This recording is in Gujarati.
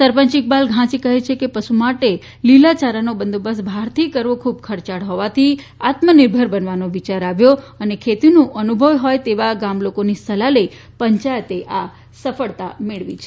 સરપંચ ઇકબાલ ઘાંચી કહે છે કે પશુ માટે લીલા ચારાનો બંદોબસ્ત બહારથી કરવો ખૂબ ખર્ચાળ હોવાથી આત્માનિર્ભર બનવાનો વિચાર આવ્યો અને ખેતીનો અનુભવ હોય તેવા ગામ લોકોની સલાહ લઈ પંચાયતે આ સફળતા મેળવી છે